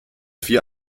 vier